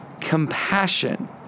compassion